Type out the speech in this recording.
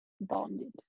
bonded